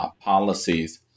policies